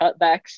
cutbacks